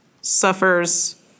suffers